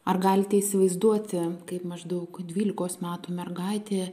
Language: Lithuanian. ar galite įsivaizduoti kaip maždaug dvylikos metų mergaitė